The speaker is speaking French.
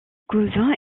cousin